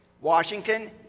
Washington